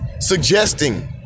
suggesting